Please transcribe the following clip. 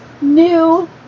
new